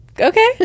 okay